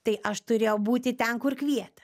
tai aš turėjau būti ten kur kvietė